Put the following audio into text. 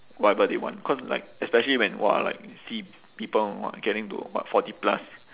whatever they want cause like especially when !wah! like see people !wah! getting to what forty plus